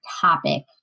topic